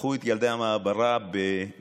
לקחו את ילדי המעברה מירוחם,